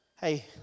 Hey